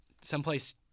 someplace